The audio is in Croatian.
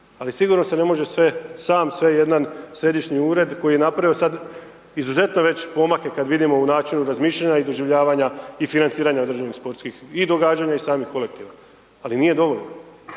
ali sigurno se ne može sve, sam sve jedan središnji ured koji je napravio sad izuzetno već pomake kad vidimo u načinu razmišljanja i doživljavanja i financiranja određenih sportskih, i događanja i samih kolektiva, ali nije dovoljno.